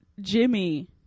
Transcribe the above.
Jimmy